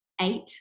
eight